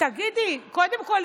קודם כול,